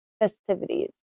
festivities